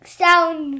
sound